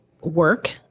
work